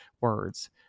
words